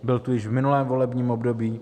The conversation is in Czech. Byl tu již v minulém volebním období.